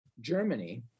Germany